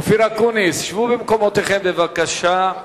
אופיר אקוניס, שבו במקומותיכם בבקשה.